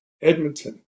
Edmonton